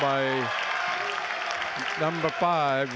by number five